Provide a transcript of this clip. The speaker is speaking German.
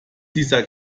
dieser